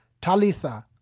Talitha